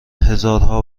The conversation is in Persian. هزارها